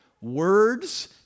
Words